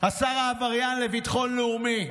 השר העבריין לביטחון לאומי: